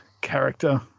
character